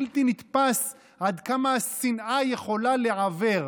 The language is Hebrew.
בלתי נתפס עד כמה השנאה יכולה לעוור,